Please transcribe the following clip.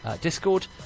Discord